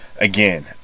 Again